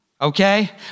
Okay